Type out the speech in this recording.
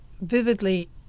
vividly